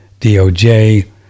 DOJ